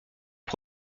les